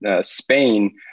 Spain